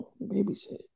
babysit